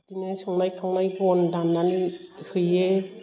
बिदिनो संनाय खावनाय बन दान्नानै हैयो